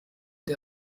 der